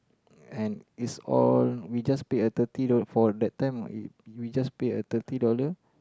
and is all we just paid a thirty dollars for that time we we just paid a thirty dollars